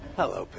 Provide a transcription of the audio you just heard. hello